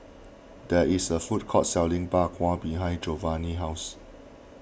there is a food court selling Bak Kwa behind Giovani's house